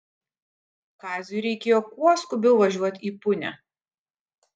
kaziui reikėjo kuo skubiau važiuot į punią